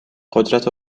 قدرت